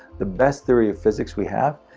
the best theory of physics we have,